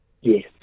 Yes